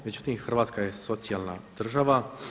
Međutim, Hrvatska je socijalna država.